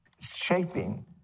shaping